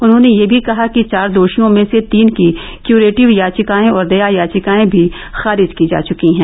उन्होंने यह भी कहा कि चार दोषियों में से तीन की क्यूरेटिव याचिकाएं और दया याचिकाएं भी खारिज की जा चुकी हैं